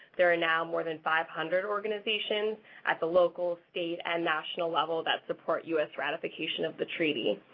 there are now more than five hundred organizations at the local, state, and national level that support u s. ratification of the treaty.